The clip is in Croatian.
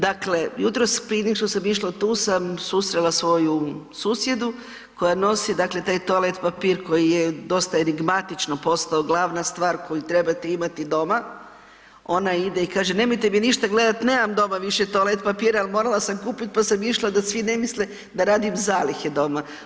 Dakle, jutros prije nego što sam išla, tu sam susrela svoju susjedu koja nosi, dakle taj toalet papir koji je dosta enigmatično postao glavna stvar koju trebate imati doma, ona ide i kaže nemojte me ništa gledat, nemam doma više toalet papira jel morala sam kupit, pa sam išla da svi ne misle da radim zalihe doma.